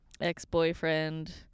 ex-boyfriend